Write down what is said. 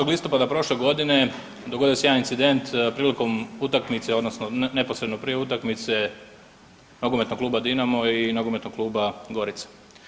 17. listopada prošle godine dogodio je jedan incident prilikom utakmice, odnosno neposredno prije utakmice nogometnog kluba Dinamo i nogometnog kluba Gorica.